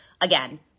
Again